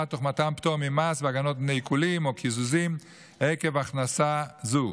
תוך מתן פטור ממס והגנות מפני עיקולים או מפני קיזוזים עקב הכנסה זו.